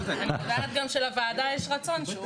אני גם יודעת שלוועדה יש רצון שהוא